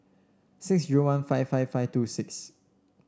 six zero one five five five two six